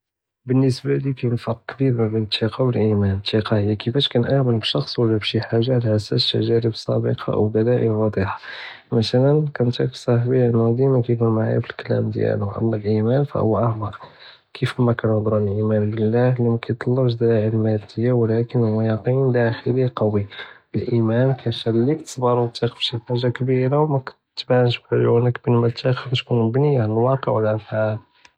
בלנסבה لیا קיין פרק כביר בין אלתיקה ואלאימאן היא כיפאש כנעמן בשחס ولا בחאג'ה עלא אסאס תגארב סאבע או בלא מנבטחה מצלא כן ת'יק פצחבי לי דימא קייקון מעאיה פאלקלם דיאלו, אמא אלאימאן פוהו אעמק כיף מאקן אלנזרה לאלאימאן ביללה כמידלוש זראיע מדיה ולקין הוא יעטיני דחיליאן קווי אלאימאן כיחליק תצרבר ו תת'יק פי חאג'ה כבירה ו כמטבןש בעיונך כתכון מבנייה על אלוואקי'.